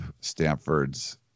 Stanford's